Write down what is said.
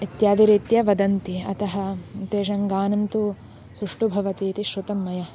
इत्यादिरीत्या वदन्ति अतः तेषां गानं तु सुष्ठु भवति इति श्रुतं मया